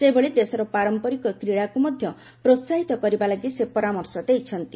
ସେହିଭଳି ଦେଶର ପାରମ୍ପରିକ କ୍ରୀଡ଼ାକୁ ମଧ୍ୟ ପ୍ରୋହାହିତ କରିବା ଲାଗି ସେ ପରାମର୍ଶ ଦେଇଛନ୍ତି